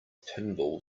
pinball